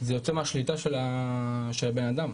זה יוצא מהשליטה של הבן אדם,